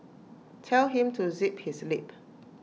tell him to zip his lip